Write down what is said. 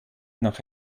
nach